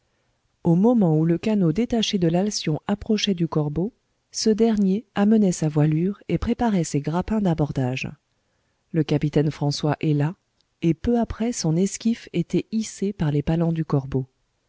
au moment où le canot détaché de l'alcyon approchait du corbeau ce dernier amenait sa voilure et préparait ses grappins d'abordage le capitaine françois héla et peu après son esquif était hissé par les palans du corbeau